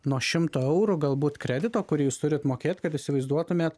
nuo šimto eurų galbūt kredito kurį jūs turit mokėt kad įsivaizduotumėt